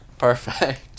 perfect